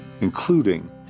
Including